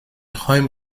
home